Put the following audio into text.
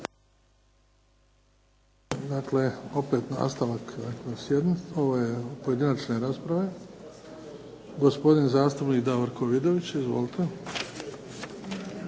opet nastavak ove pojedinačne rasprave. Gospodin zastupnik Davorko Vidović. Izvolite.